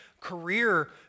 career